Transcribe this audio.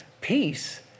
peace